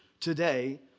today